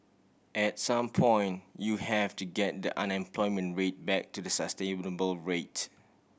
at some point you have to get the unemployment rate back to the sustainable rate